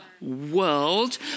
world